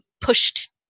pushed